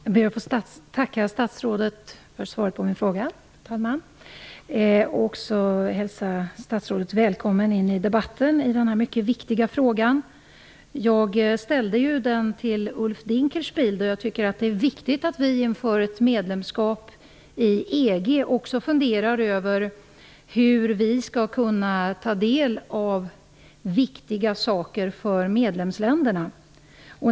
Fru talman! Jag ber att få tacka statsrådet för svaret på min fråga och hälsa statsrådet välkommen in i debatten i det här mycket viktiga ärendet. Jag ställde frågan till Ulf Dinkelspiel, då jag tycker att det är viktigt att vi inför ett medlemskap i EG också funderar över hur vi skall kunna ta del av saker som är viktiga för medlemsländerna.